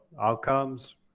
outcomes